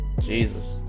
Jesus